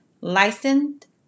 Licensed